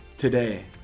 Today